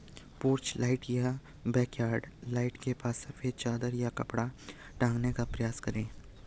porch light या backyard light के पास सफेद चादर या कपड़ा टांगने का प्रयास करें